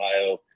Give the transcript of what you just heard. Ohio